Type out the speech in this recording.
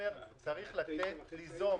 ליזום